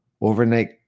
Overnight